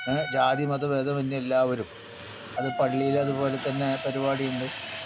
ഏ ജാതി മത ഭേദമന്യേ എല്ലാവരും അത് പള്ളിയില് അത്പോലെത്തന്നെ പരിപാടിയുണ്ട്